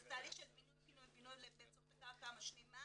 זה תהליך של בינוי-פינוי-בינוי באמצעות הקרקע המשלימה